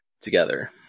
together